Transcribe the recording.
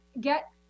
get